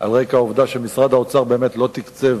על רקע העובדה שמשרד האוצר באמת לא תקצב